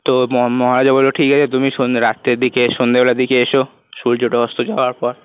তো মহারাজা বললো ঠিক আছে তুমি সন্ধে রাত্রের দিকে সন্ধেবেলার দিকে এসো সূর্যটা অস্ত যাওয়ার পর